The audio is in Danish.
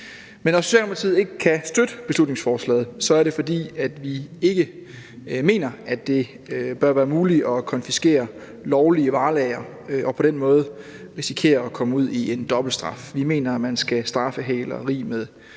Men når Socialdemokratiet ikke kan støtte beslutningsforslaget, er det, fordi vi ikke mener, at det bør være muligt at konfiskere lovlige varelagre og på den måde risikere at komme derud, hvor der er tale om dobbelt straf. Vi mener, man skal straffe hæleri med